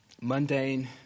mundane